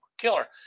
killer